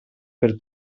per